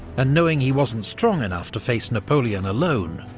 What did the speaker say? and knowing he wasn't strong enough to face napoleon alone,